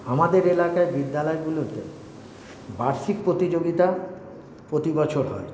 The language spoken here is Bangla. আমাদের এলাকায় বিদ্যালয়গুলোতে বার্ষিক প্রতিযোগিতা প্রতি বছর হয়